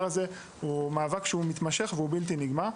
מדובר במאבק בלתי-נגמר.